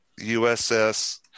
USS